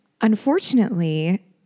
unfortunately